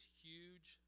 huge